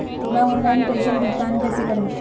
मैं ऑनलाइन प्रेषण भुगतान कैसे करूँ?